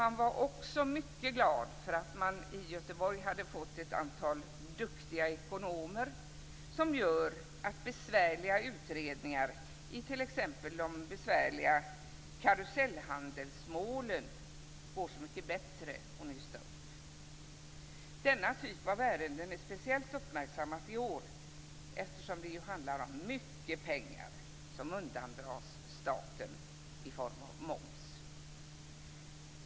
Han var också mycket glad för att man i Göteborg fått ett antal duktiga ekonomer som gör att besvärliga utredningar, i t.ex. karusellhandelsmålen, går så mycket bättre att nysta upp. Denna typ av ärenden är speciellt uppmärksammad i år, eftersom det handlar om så mycket pengar som undandras staten i form av moms.